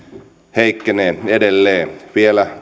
heikkenee edelleen vielä